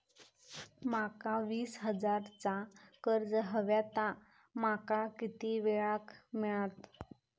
माका वीस हजार चा कर्ज हव्या ता माका किती वेळा क मिळात?